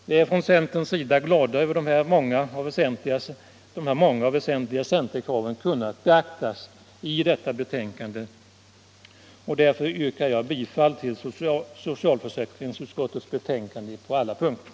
Vi är från centerns sida glada över att så många och väsentliga cen terkrav kunnat beaktas i detta betänkande, och därför yrkar jag bifall - Nr 119